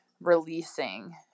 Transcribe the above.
releasing